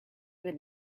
been